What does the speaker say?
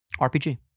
RPG